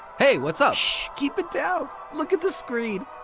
hey, what's up? shhhh! keep it down! look at the screen.